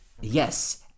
Yes